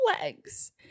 legs